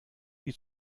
die